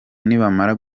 nibamara